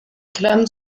clame